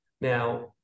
Now